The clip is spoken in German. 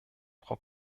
frau